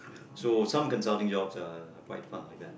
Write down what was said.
so some consulting jobs are quite fun like that